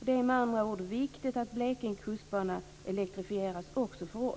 Det är med andra ord viktigt också för oss skåningar att Blekinge kustbana elektrifieras.